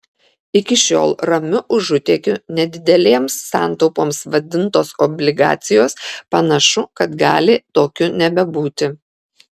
iki šiol ramiu užutėkiu nedidelėms santaupoms vadintos obligacijos panašu kad gali tokiu nebebūti